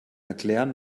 erklären